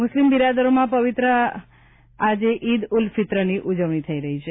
મુસ્લિમ બિરાદરોમાં પવિત્ર આજે ઇદ ઉલ ફિત્રની ઉજવણી થઈ રહી છે